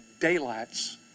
daylights